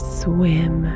swim